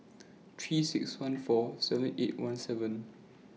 three six one four seven eight one seven